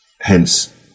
hence